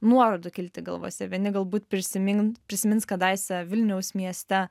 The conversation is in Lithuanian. nuorodų kilti galvose vieni galbūt prisimin prisimins kadaise vilniaus mieste